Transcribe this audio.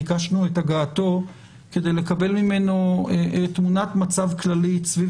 ביקשנו את הגעתו כדי לקבל ממנו תמונת מצב כללית סביב